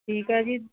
ਠੀਕ ਹੈ ਜੀ